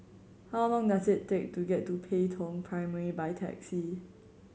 how long does it take to get to Pei Tong Primary by taxi